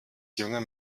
junger